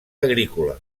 agrícola